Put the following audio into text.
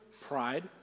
pride